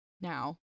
now